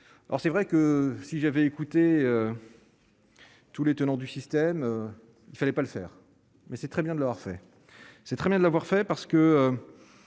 alors c'est vrai que si j'avais écouté tous les tenants du système, il ne fallait pas le faire, mais c'est très bien de l'avoir fait, c'est très bien de l'avoir fait parce que